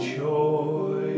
joy